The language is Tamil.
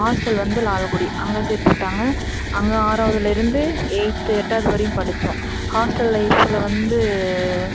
ஹாஸ்டல் வந்து லால்குடி அங்கே சேர்த்து விட்டாங்க அங்கே ஆறாவதுலேருந்து எயித்து எட்டாவது வரையும் படித்தோம் ஹாஸ்டல் லைஃபில் வந்து